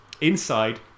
Inside